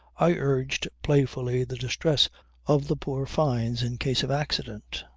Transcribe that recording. i urged playfully the distress of the poor fynes in case of accident,